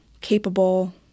capable